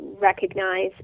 recognize